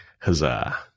Huzzah